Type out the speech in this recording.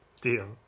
Deal